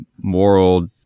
moral